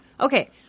Okay